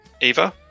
Eva